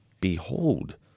Behold